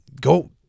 go